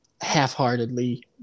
half-heartedly